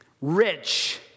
rich